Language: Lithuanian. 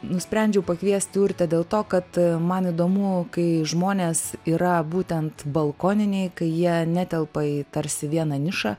nusprendžiau pakviesti urtę dėl to kad man įdomu kai žmonės yra būtent balkoniniai kai jie netelpa į tarsi vieną nišą